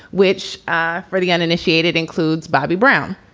which ah for the uninitiated includes bobby brown.